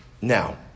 Now